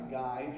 guy